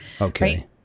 okay